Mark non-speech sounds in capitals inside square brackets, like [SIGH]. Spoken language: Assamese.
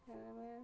[UNINTELLIGIBLE]